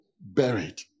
buried